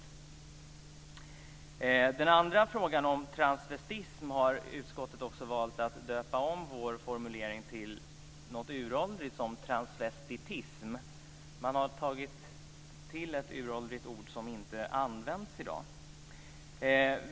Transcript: I den andra frågan, om transvestism, har utskottet också valt att döpa om vår formulering till någonting så uråldrigt som transvestitism. Man har tagit till ett uråldrigt ord som inte används i dag.